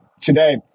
today